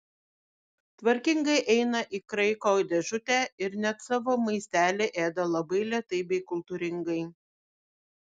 tvarkingai eina į kraiko dėžutę ir net savo maistelį ėda labai lėtai bei kultūringai